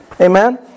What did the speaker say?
Amen